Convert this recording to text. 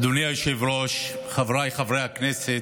אדוני היושב-ראש, חבריי חברי הכנסת,